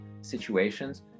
situations